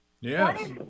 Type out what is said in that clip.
Yes